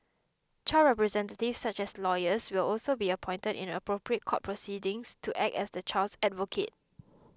child representatives such as lawyers will also be appointed in appropriate court proceedings to act as the child's advocate